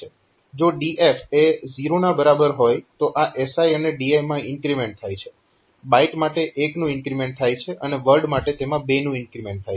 જો DF એ 0 ના બરાબર હોય તો આ SI અને DI માં ઇન્ક્રીમેન્ટ થાય છે બાઈટ માટે 1 નું ઇન્ક્રીમેન્ટ થાય છે અને વર્ડ માટે તેમાં 2 નું ઇન્ક્રીમેન્ટ થાય છે